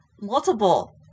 Multiple